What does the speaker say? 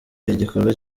igikorwa